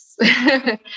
yes